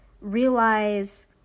realize